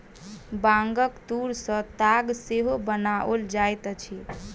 बांगक तूर सॅ ताग सेहो बनाओल जाइत अछि